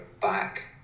back